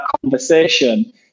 conversation